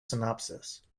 synopsis